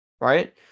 right